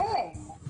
אין להם כסף.